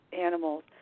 animals